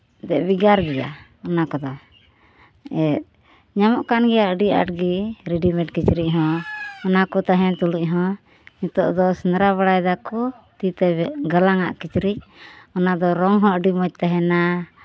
ᱵᱷᱮᱜᱟᱨ ᱜᱮᱭᱟ ᱚᱱᱟ ᱠᱚᱫᱚ ᱧᱟᱢᱚᱜ ᱠᱟᱱ ᱜᱮᱭᱟ ᱟᱹᱰᱤ ᱟᱸᱴ ᱜᱮ ᱨᱮᱰᱤᱢᱮᱴ ᱠᱤᱪᱨᱤᱡ ᱦᱚᱸ ᱚᱱᱟ ᱠᱚ ᱛᱟᱦᱮᱱ ᱛᱩᱞᱩᱡ ᱦᱚᱸ ᱱᱤᱛᱳᱜ ᱫᱚ ᱥᱮᱸᱫᱽᱨᱟ ᱵᱟᱲᱟᱭ ᱫᱟᱠᱚ ᱛᱤ ᱛᱮ ᱜᱟᱞᱟᱝᱟᱜ ᱠᱤᱪᱨᱤᱡ ᱚᱱᱟ ᱫᱚ ᱨᱚᱝ ᱦᱚᱸ ᱟᱹᱰᱤ ᱢᱚᱡᱽ ᱛᱟᱦᱮᱱᱟ